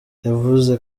yavuze